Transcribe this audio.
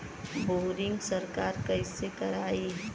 Boring सरकार कईसे करायी?